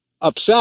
upset